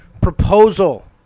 proposal